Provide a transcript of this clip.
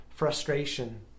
frustration